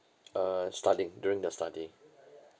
uh studying during the study